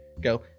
Go